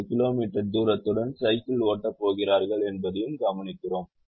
43 kilometre தூரத்துடன் cycle ஓட்டப் போகிறார்கள் என்பதையும் கவனிக்கிறோம்